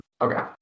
okay